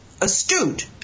astute